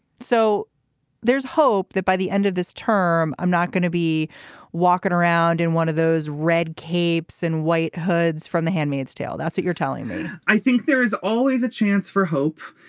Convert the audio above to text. so there's hope that by the end of this term i'm not going to be walking around in one of those red capes and white hoods from the handmaid's tale. that's it you're telling me i think there is always a chance for hope.